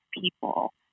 people